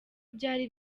byari